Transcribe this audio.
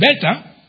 better